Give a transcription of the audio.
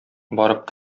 барып